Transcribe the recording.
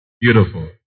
Beautiful